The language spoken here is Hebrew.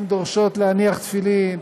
הן דורשות להניח תפילין,